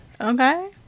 Okay